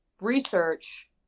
research